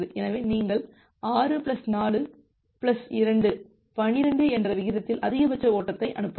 எனவே நீங்கள் 6 plus 4 plus 2 12 என்ற விகிதத்தில் அதிகபட்ச ஓட்டத்தை அனுப்பலாம்